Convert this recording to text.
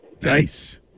Nice